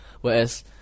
Whereas